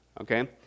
Okay